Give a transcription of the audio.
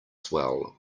swell